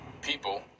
people